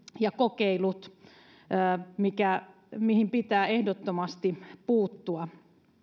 ja kokeilut mihin pitää ehdottomasti puuttua